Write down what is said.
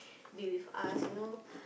be with us you know